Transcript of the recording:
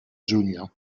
giugno